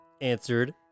answered